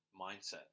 mindset